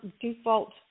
default